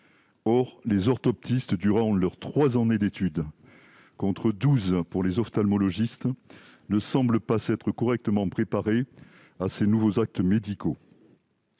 Or les orthoptistes, durant leurs trois années d'études contre douze pour les ophtalmologistes, ne semblent pas s'être correctement préparés à ces nouveaux actes médicaux.